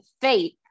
faith